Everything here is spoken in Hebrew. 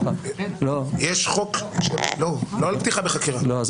על פתיחה בחקירה לא.